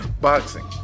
boxing